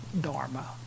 dharma